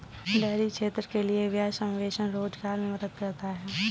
dairy क्षेत्र के लिये ब्याज सबवेंशन रोजगार मे मदद करता है